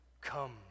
Come